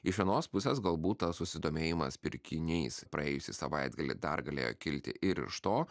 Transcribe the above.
iš vienos pusės galbūt tas susidomėjimas pirkiniais praėjusį savaitgalį dar galėjo kilti ir iš to